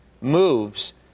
moves